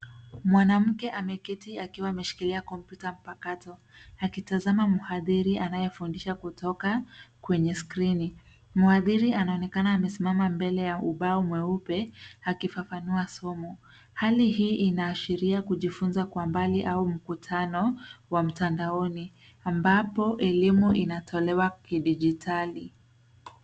Mwanamke ameketi akiwa ameshikilia kompyuta mpakato, akitazama mhadhiri anayefundisha kutoka kwenye skrini. Mhadhiri anaonekana amesimama mbele ya ubao mweupe akifafanua somo. Hali hii inaashiria kujifunza kwa mbali au mkutano wa mtandaoni ambapo elimu inatolewa kidijitali.